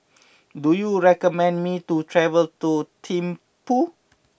do you recommend me to travel to Thimphu